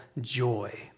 joy